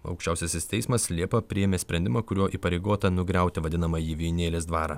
aukščiausiasis teismas liepą priėmė sprendimą kuriuo įpareigota nugriauti vadinamąjį vijūnėlės dvarą